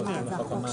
יש בעיה עם המכס.